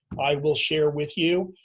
i will share with you,